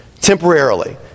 temporarily